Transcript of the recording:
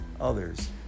others